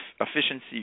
efficiency